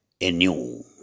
anew